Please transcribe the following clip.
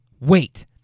wait